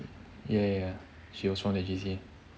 ya ya she was from that J_C